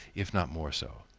if not more so.